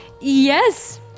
Yes